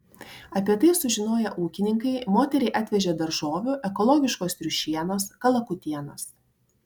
apie tai sužinoję ūkininkai moteriai atvežė daržovių ekologiškos triušienos kalakutienos